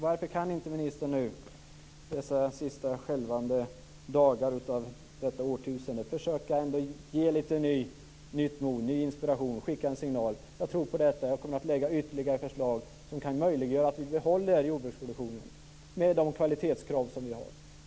Varför kan inte ministern nu i dessa sista skälvande dagar av detta årtusende försöka att ge lite nytt mod och inspiration genom att lägga fram ytterligare förslag som kan möjliggöra ett bibehållande av jordbruksproduktionen med de kvalitetskrav som vi har?